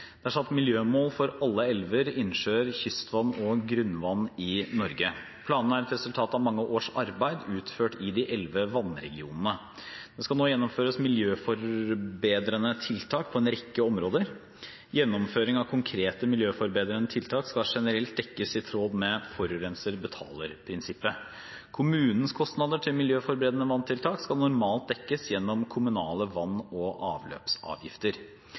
Det er satt miljømål for alle elver, innsjøer, kystvann og grunnvann i Norge. Planene er et resultat av mange års arbeid utført i de elleve vannregionene. Det skal nå gjennomføres miljøforbedrende tiltak på en rekke områder. Gjennomføring av konkrete miljøforbedrende tiltak skal generelt dekkes i tråd med forurenser betaler-prinsippet. Kommunenes kostnader til miljøforbedrende vanntiltak skal normalt dekkes gjennom kommunale vann- og avløpsavgifter.